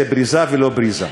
זה בריזה ולא בריזה.